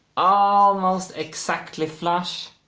almost exactly flush!